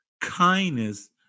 kindness